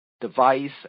device